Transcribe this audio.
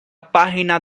página